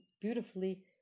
beautifully